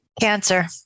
Cancer